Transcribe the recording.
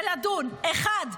ולדון: אחת,